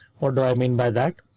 what do i mean by that?